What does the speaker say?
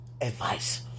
Advice